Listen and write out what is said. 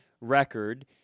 record